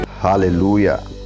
Hallelujah